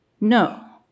No